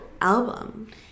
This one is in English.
album